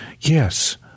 yes